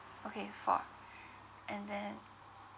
okay four and then